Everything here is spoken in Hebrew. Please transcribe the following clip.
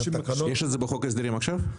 זה קיים בחוק ההסדרים עכשיו?